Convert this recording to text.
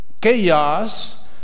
chaos